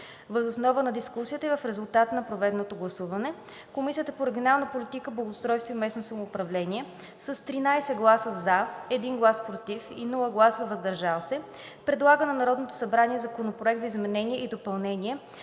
Въз основа на дискусията и в резултат на проведеното гласуване Комисията по регионална политика, благоустройство и местно самоуправление с 13 гласа „за“, 1 глас „против“ и без „въздържал се“ предлага на Народното събрание Законопроект за изменение и допълнение